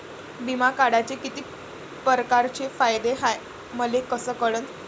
बिमा काढाचे कितीक परकारचे फायदे हाय मले कस कळन?